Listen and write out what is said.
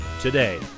today